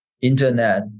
internet